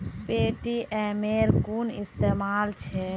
पेटीएमेर कुन इस्तमाल छेक